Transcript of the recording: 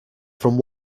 from